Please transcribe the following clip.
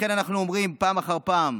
לכן אנחנו אומרים, פעם אחר פעם: